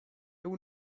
two